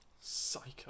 Psycho